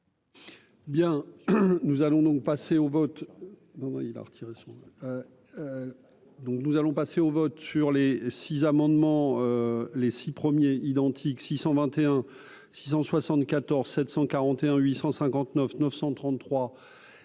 donc, nous allons passer au vote sur les 6 amendements. Les six premiers identique, 621 674 741 859 933 et 1411